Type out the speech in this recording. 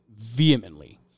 Vehemently